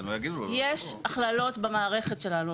יש הכללות במערכת שלנו.